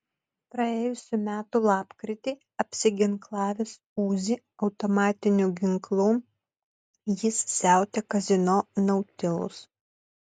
praėjusių metų lapkritį apsiginklavęs uzi automatiniu ginklu jis siautė kazino nautilus